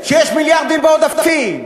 שיש מיליארדים בעודפים?